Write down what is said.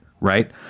Right